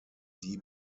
die